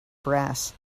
brass